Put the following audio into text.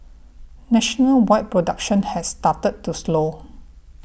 nationalwide production has started to slow